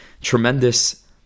tremendous